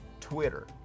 Twitter